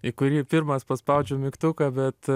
į kurį pirmas paspaudžiau mygtuką bet